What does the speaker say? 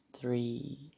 three